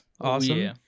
awesome